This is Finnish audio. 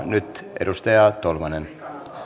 nyt edustaja tolvanen